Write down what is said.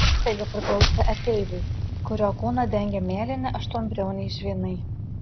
įstaiga priklausė ateiviui kurio kūną dengė mėlyni aštuonbriauniai žvynai